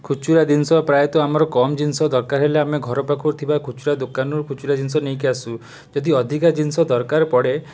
ଖୁଚୁରା ଜିନିଷ ପ୍ରାୟତଃ ଆମର କମ୍ ଜିନିଷ ଦରକାର ହେଲେ ଆମେ ଘରପାଖୁରୁ ଥିବା ଖୁଚୁରା ଦୋକାନରୁ ଖୁଚୁରା ଜିନିଷ ନେଇକି ଆସୁ ଯଦି ଅଧିକ ଜିନିଷ ଦରକାର ପଡ଼େ